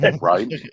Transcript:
Right